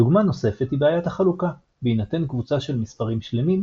דוגמה נוספת היא בעיית החלוקה בהינתן קבוצה של מספרים שלמים,